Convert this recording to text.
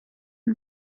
one